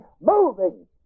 moving